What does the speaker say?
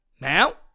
Now